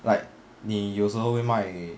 like 你有时候会卖给